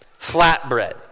Flatbread